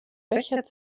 bechert